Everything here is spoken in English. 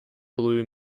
blue